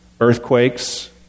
earthquakes